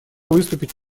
выступить